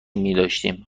میداشتیم